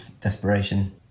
desperation